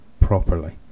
properly